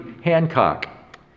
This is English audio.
Hancock